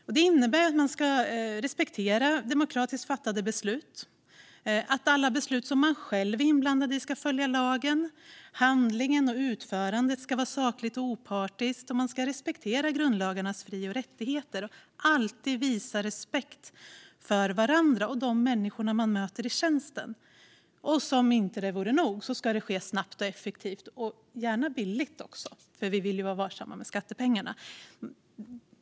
Det här innebär att man ska respektera demokratiskt fattade beslut, att alla de beslut som man själv är inblandad i ska följa lagen, att handläggningen och utförandet ska vara sakligt och opartiskt och att man ska respektera grundlagarnas fri och rättigheter. Man ska alltid visa respekt för varandra och de människor man möter i tjänsten. Som om inte detta vore nog det ske snabbt och effektivt - och gärna billigt också, för vi vill ju vara varsamma med skattepengarna.